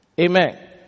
Amen